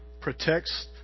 protects